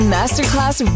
Masterclass